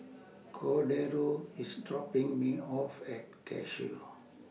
Cordero IS dropping Me off At Cashew